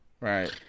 right